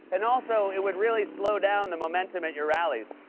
and, also, it would really slow down the momentum at your rallies.